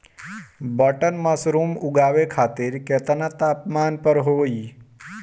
Button mushroom उगावे खातिर केतना तापमान पर होई?